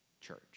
church